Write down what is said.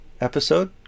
episode